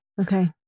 Okay